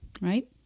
right